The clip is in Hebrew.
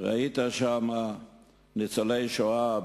ראית שם ניצולי שואה,